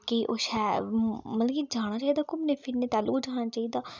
कि ओह् शैल मतलब कि जाना चाहिदा घुमने फिरने गी थैलू गै जाना चाहिदा